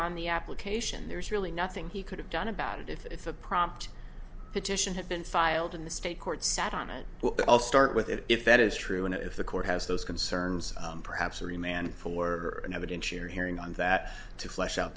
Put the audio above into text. on the application there's really nothing he could have done about it if it's a prompt petition have been filed in the state court sat on it but i'll start with it if that is true and if the court has those concerns perhaps every man for an evidentiary hearing on that to flesh out